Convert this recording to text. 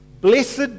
Blessed